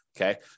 okay